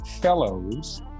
Fellows